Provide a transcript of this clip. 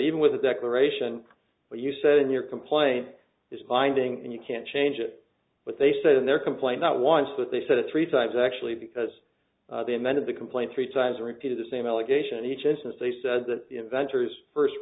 even with the declaration what you said in your complaint is binding and you can't change it but they said in their complaint not once but they said it three sides actually because they amended the complaint three times repeated the same allegation and each instance they said that inventors first